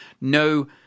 No